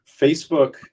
Facebook